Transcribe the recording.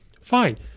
fine